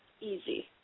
Easy